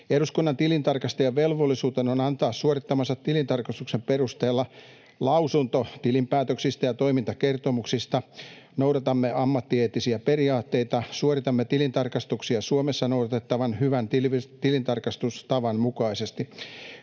Eduskunnan tilintarkastajien velvollisuutena on antaa suorittamansa tilintarkastuksen perusteella lausunto tilinpäätöksistä ja toimintakertomuksista. Noudatamme ammattieettisiä periaatteita ja suoritamme tilintarkastuksia Suomessa noudatettavan hyvän tilintarkastustavan mukaisesti.